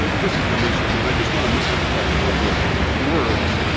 this is the mission. and i just want to emphasize a couple of words.